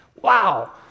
Wow